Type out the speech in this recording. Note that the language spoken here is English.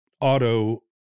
auto